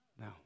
No